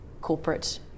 corporate